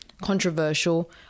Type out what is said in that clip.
controversial